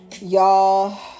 Y'all